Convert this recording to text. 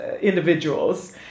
individuals